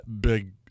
Big